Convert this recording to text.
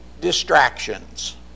distractions